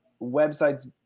website's